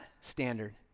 standard